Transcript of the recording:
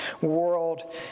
world